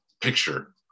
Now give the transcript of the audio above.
picture